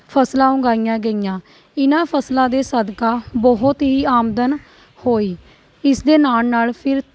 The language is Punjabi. ਫਸਲਾਂ ਉਗਾਈਆਂ ਗਈਆਂ ਇਹਨਾਂ ਫਸਲਾਂ ਦੇ ਸਦਕਾ ਬਹੁਤ ਹੀ ਆਮਦਨ ਹੋਈ ਇਸਦੇ ਨਾਲ ਨਾਲ ਫਿਰ